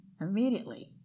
Immediately